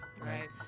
Right